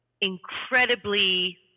incredibly